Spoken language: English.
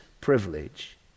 privilege